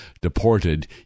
deported